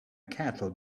cattle